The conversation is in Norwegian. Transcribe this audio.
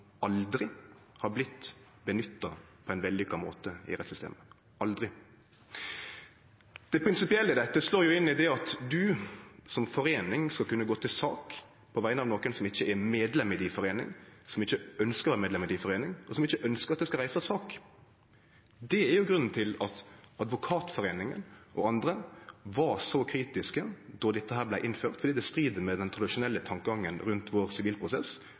aldri har vorte nytta på ein vellykka måte i rettssystemet – aldri. Det prinsipielle i dette slår inn i det at ei foreining skal kunne gå til sak på vegner av nokon som ikkje er medlem i foreininga, som ikkje ønskjer å vere medlem i foreininga, og som ikkje ønskjer at ein skal reise sak. Det er grunnen til at Advokatforeningen og andre var så kritiske då dette vart innført, fordi det strir mot den tradisjonelle tankegangen rundt vår sivilprosess,